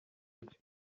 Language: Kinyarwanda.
byo